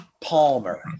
Palmer